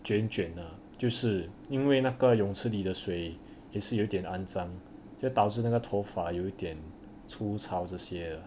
卷卷 ah 就是因为那个泳池里的水也是有一点肮脏将导致那个头发有点粗糙这些